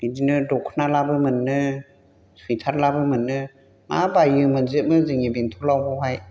बिदिनो दख'नालाबो मोनो सुइटारलाबो मोनो मा बायो मोनजोबमो जोंनि बेंथलाव बावहाय